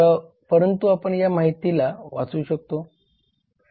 परंतु आपण या माहितीला वाचू शकतो